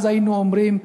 אז היינו אומרים: